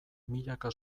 milaka